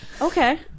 Okay